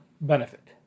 benefit